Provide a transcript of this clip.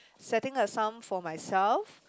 setting a sum for myself